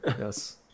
Yes